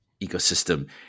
ecosystem